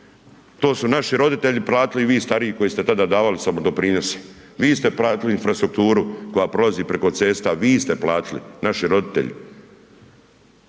To su naši roditelji platili i vi stariji koji ste tada davale samodoprinose. Vi ste platili infrastrukturu koja prolazi preko cesta, vi ste platili, naši roditelji.